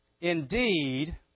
Indeed